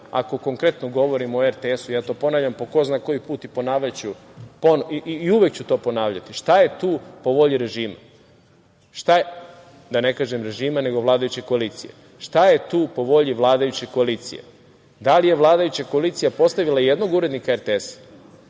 ako konkretno govorim o RTS-u, ja to ponavljam po ko zna koji put i uvek ću to ponavljati – šta je tu po volji režima, da ne kažem režima, nego vladajuće koalicije, šta je tu po volji vladajuće koalicije? Da li je vladajuća koalicija postavila jednog urednika RTS-a?